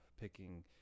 picking